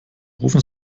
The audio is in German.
rufen